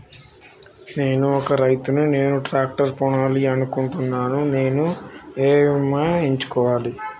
నేను ఒక రైతు ని నేను ట్రాక్టర్ కొనాలి అనుకుంటున్నాను నేను ఏ బీమా ఎంచుకోవాలి?